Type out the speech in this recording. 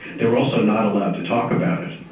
they are also not allowed to talk about it.